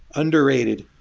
underrated.